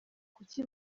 kuki